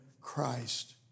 Christ